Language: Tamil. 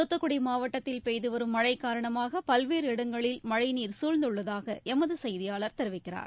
தூத்துக்குடி மாவட்டத்தில் பெய்துவரும் மழை காரணமாக பல்வேறு இடங்களில் மழைநீர் சூழந்துள்ளதாக எமது செய்தியாளர் தெரிவிக்கிறார்